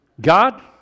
God